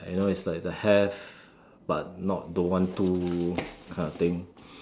you know it's like the have but not don't want to kind of thing